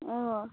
अँ